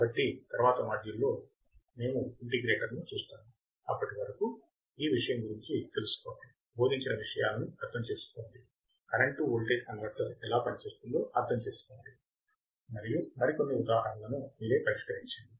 కాబట్టి తరువాతి మాడ్యూల్లో మేము ఇంటిగ్రేటర్ని చూస్తాము అప్పటి వరకు ఈ విషయం గురించి తెలుసుకోండి బోధించిన విషయాలను అర్థం చేసుకోండి కరెంట్ టు వోల్టేజ్ కన్వర్టర్ ఎలా పనిచేస్తుందో అర్థం చేసుకోండి మరియు మరికొన్ని ఉదాహరణలను మీరే పరిష్కరించండి